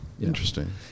Interesting